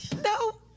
No